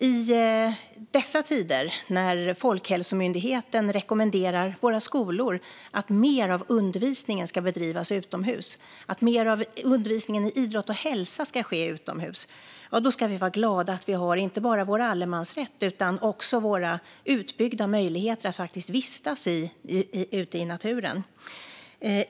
I dessa tider när Folkhälsomyndigheten rekommenderar våra skolor att mer av undervisningen i idrott och hälsa ska ske utomhus ska vi vara glada att vi inte bara har vår allemansrätt utan också våra utbyggda möjligheter att faktiskt vistas ute i naturen.